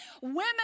Women